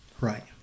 right